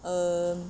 um